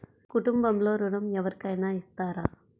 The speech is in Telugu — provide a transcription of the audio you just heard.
కుటుంబంలో ఋణం ఎవరికైనా ఇస్తారా?